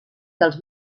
dels